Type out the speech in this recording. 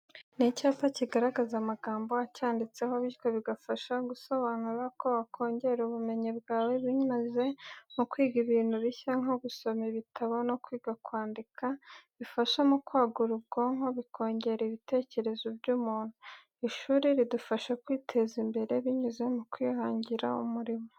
Ni icyapa kigaragaza amagambo acyanditseho, bityo bigafasha gusobanura uko wakongera ubumenyi bwawe binyuze mu kwiga ibintu bishya nko gusoma ibitabo no kwiga kwandika bifasha mu kwagura ubwonko, bikongera ibitekerezo by'umuntu. Ishuri ridufasha kwiteza imbere binyuze mu kwihangira umurimo.